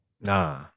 Nah